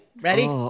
Ready